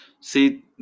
See